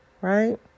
Right